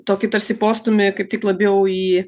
tokį tarsi postūmį kaip tik labiau jį